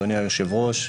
אדוני היושב ראש,